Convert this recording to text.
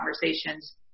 conversations